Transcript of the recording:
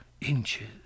inches